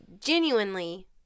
genuinely